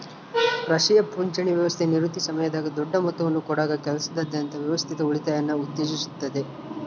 ರಾಷ್ಟ್ರೀಯ ಪಿಂಚಣಿ ವ್ಯವಸ್ಥೆ ನಿವೃತ್ತಿ ಸಮಯದಾಗ ದೊಡ್ಡ ಮೊತ್ತವನ್ನು ಕೊಡಕ ಕೆಲಸದಾದ್ಯಂತ ವ್ಯವಸ್ಥಿತ ಉಳಿತಾಯನ ಉತ್ತೇಜಿಸುತ್ತತೆ